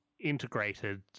Integrated